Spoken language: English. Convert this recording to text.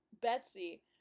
Betsy